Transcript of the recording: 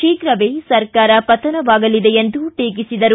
ಶೀಘ್ರವೇ ಸರ್ಕಾರ ಪತನವಾಗಲಿದೆ ಎಂದು ಟೀಕಿಸಿದರು